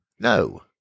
No